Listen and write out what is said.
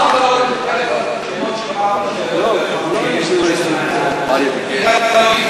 למה אתה לא מתייחס לרשימות שאמרת, כנראה לא היית.